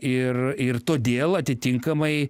ir ir todėl atitinkamai